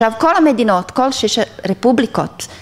רב כל המדינות, כל ששת רפובליקות